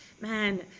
man